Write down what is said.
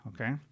okay